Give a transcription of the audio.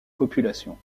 population